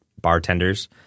bartenders